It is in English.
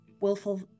willful